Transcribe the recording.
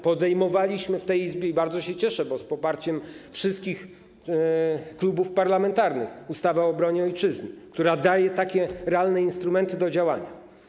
Podejmowaliśmy w tej Izbie - i bardzo się cieszę, że z poparciem wszystkich klubów parlamentarnych - ustawę o obronie ojczyzny, która daje realne instrumenty do działania.